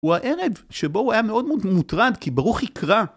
הוא הערב שבו הוא היה מאוד מוטרד כי ברוך יקרא.